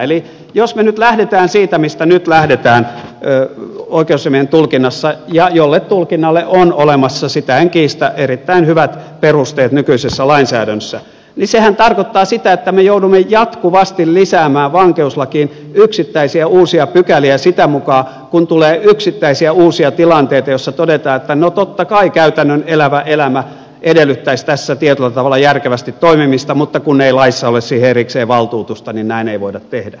eli jos me nyt lähdemme siitä mistä nyt lähdetään oikeusasiamiehen tulkinnassa ja jolle tulkinnalle on olemassa sitä en kiistä erittäin hyvät perusteet nykyisessä lainsäädännössä niin sehän tarkoittaa sitä että me joudumme jatkuvasti lisäämään vankeuslakiin yksittäisiä uusia pykäliä sitä mukaa kuin tulee yksittäisiä uusia tilanteita joissa todetaan että no totta kai käytännön elävä elämä edellyttäisi tässä tietyllä tavalla järkevästi toimimista mutta kun ei laissa ole siihen erikseen valtuutusta niin näin ei voida tehdä